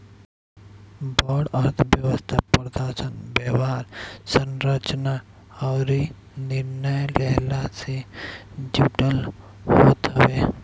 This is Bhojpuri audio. बड़ अर्थव्यवस्था प्रदर्शन, व्यवहार, संरचना अउरी निर्णय लेहला से जुड़ल होत हवे